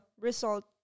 result